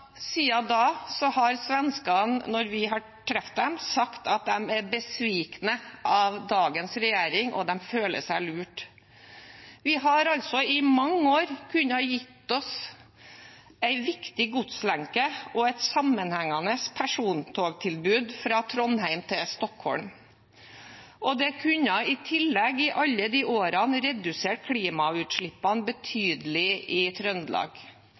siden da har svenskene, når vi har truffet dem, sagt at de er «besvikne» på dagens regjering, og at de føler seg lurt. Vi har altså i mange år kunnet få en viktig godslenke og et sammenhengende persontogtilbud fra Trondheim til Stockholm, og det kunne i tillegg i alle de årene redusert klimautslippene betydelig i Trøndelag.